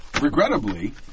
Regrettably